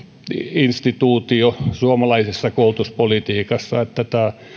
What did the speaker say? instituutio suomalaisessa koulutuspolitiikassa että tämä